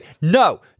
No